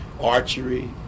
Archery